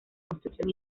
construcción